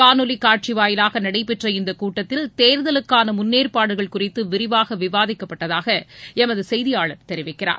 காணொலி காட்சி வாயிலாக நடைபெற்ற இந்த கூட்டத்தில தேர்தலுக்கான முன்னேற்பாடுகள் குறித்து விரிவாக விவாதிக்கப்பட்டதாக எமது செய்தியாளர் தெரிவிக்கிறார்